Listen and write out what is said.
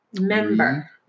member